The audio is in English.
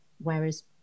Whereas